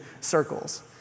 circles